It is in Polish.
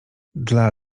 dla